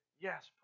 Yes